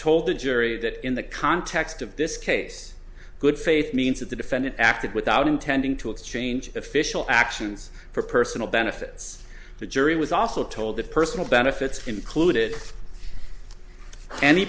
told the jury that in the context of this case good faith means that the defendant acted without intending to exchange official actions for personal benefits the jury was also told that personal benefits included any